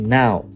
now